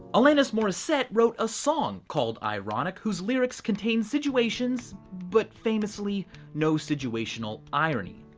alanis morissette wrote a song called ironic, whose lyrics contain situations but famously no situational irony.